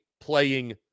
playing